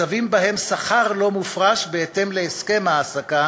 מצבים שבהם שכר אינו מופרש בהתאם להסכם ההעסקה